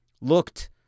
looked